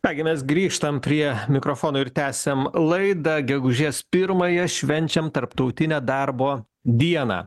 ką gi mes grįžtam prie mikrofono ir tęsiam laidą gegužės pirmąją švenčiam tarptautinę darbo dieną